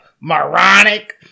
moronic